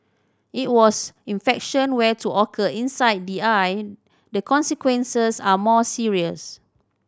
it was infection were to occur inside the eye the consequences are more serious